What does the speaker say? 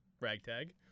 ragtag